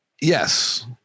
Yes